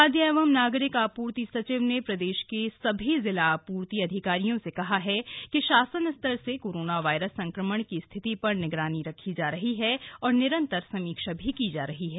खाद्य एवं नागरिक आपूर्ति सचिव ने प्रदेश के सभी जिला पूर्ति अधिकारियों से कहा कि शासन स्तर से कोरोना वायरस संक्रमण की स्थिति पर निगरानी रखी जा रही है और निरन्तर समीक्षा की जा रही है